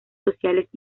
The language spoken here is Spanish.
sociales